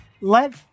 let